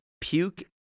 puke